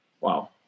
Wow